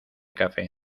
café